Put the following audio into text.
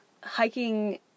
Hiking